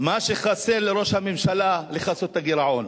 מה שחסר לראש הממשלה לכסות את הגירעון.